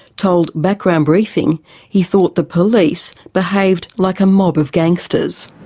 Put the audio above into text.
told background briefing he thought the police behaved like a mob of gangsters.